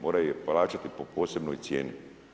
Moraju je plaćati po posebnoj cijeni.